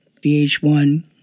VH1